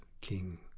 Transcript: king